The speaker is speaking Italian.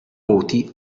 voti